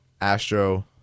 Astro